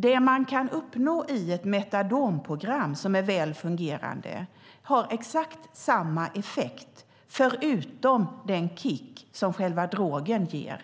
Det man kan uppnå i ett metadonprogram som är väl fungerande har exakt samma effekt förutom den kick som själva drogen ger.